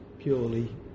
purely